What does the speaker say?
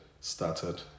started